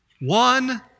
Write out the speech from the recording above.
one